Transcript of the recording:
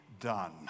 done